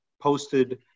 posted